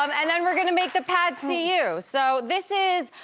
um and then we're gonna make the pad see ew. so this is,